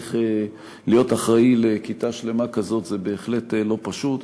צריך להיות אחראי לכיתה שלמה כזאת זה בהחלט לא פשוט.